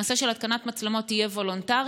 הנושא של התקנת מצלמות יהיה וולונטרי,